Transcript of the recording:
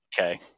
Okay